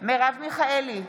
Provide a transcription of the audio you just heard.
מרב מיכאלי,